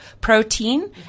protein